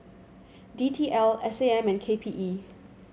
D T L S A M and K P E